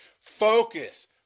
Focus